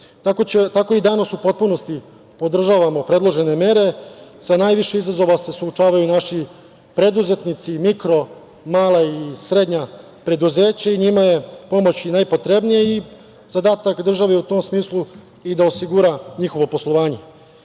Tako i danas u potpunosti podržavamo predložene mere. Sa najviše izazova se suočavaju naši preduzetnici i mikro, mala i srednja preduzeća i njima je pomoć i najpotrebnija i zadatak države je u tom smislu i da osigura njihovo poslovanje. Imajući